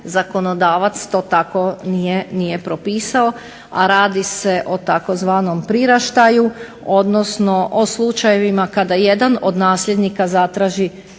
zakonodavac to tako nije propisao a radi se o tzv. priraštaju odnosno o slučajevima kada jedan od nasljednika zatraži